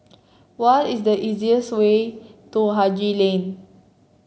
what is the way to Haji Lane